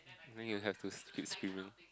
then you have to skip swimming